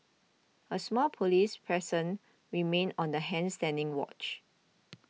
a small police presence remained on the hand standing watch